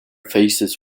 faces